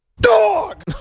Dog